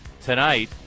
tonight